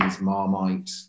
Marmite